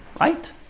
right